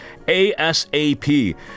ASAP